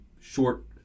short